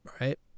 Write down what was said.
right